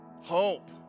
Hope